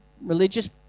religious